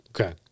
Okay